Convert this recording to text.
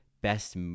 Best